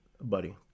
Buddy